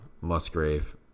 Musgrave